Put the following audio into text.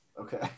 Okay